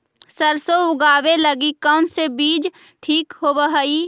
सरसों लगावे लगी कौन से बीज ठीक होव हई?